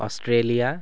Australia